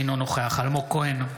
אינו נוכח אלמוג כהן,